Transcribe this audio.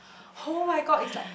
[oh]-my-god it's like